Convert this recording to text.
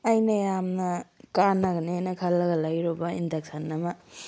ꯑꯩꯅ ꯌꯥꯝꯅ ꯀꯥꯟꯅꯒꯅꯦꯅ ꯈꯜꯂꯒ ꯂꯩꯔꯨꯕ ꯏꯟꯗꯛꯁꯟ ꯑꯃ